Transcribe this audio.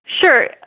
Sure